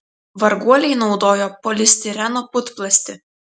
varguoliai naudojo polistireno putplastį